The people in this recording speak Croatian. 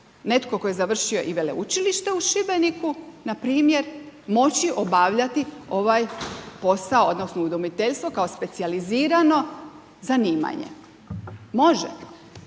netko tko je završio i Veleučilište u Šibeniku npr. moći obavljati ovaj posao odnosno udomiteljstvo kao specijalizirano zanimanje? Može.